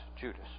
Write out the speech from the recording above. Judas